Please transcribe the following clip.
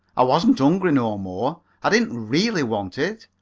i wasn't hungry no more. i didn't really want it.